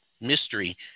mystery